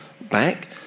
back